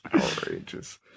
outrageous